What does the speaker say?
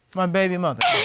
my baby mother.